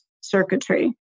circuitry